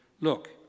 Look